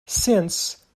since